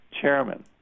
chairman